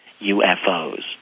UFOs